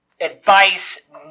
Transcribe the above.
advice